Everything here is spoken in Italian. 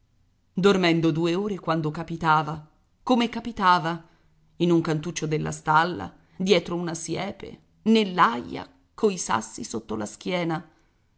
dormendo due ore quando capitava come capitava in un cantuccio della stalla dietro una siepe nell'aia coi sassi sotto la schiena